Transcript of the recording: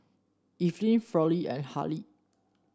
Irvine Fronnie and Hali